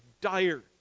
dire